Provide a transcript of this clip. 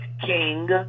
King